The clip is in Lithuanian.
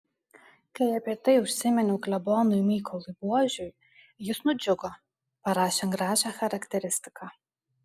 kai apie tai užsiminiau klebonui mykolui buožiui jis nudžiugo parašė gražią charakteristiką